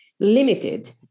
Limited